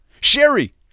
Sherry